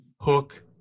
hook